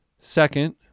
Second